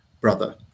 brother